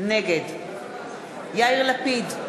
נגד יאיר לפיד,